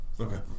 Okay